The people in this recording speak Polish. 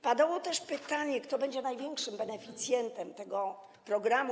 Padało też pytanie, kto będzie największym beneficjentem tego programu.